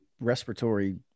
respiratory